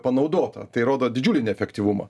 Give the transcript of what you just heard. panaudota tai rodo didžiulį neefektyvumą